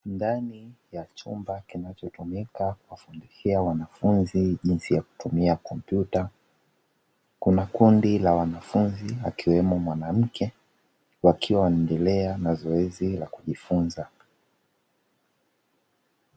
Ndani ya chumba kinachotumika kufundishia wanafunzi jinsi ya kutumia kompyuta, kuna kundi la wanafunzi akiwemo mwanamke, wakiwa wanaendelea na zoezi la kujifunza.